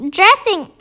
dressing